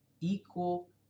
equal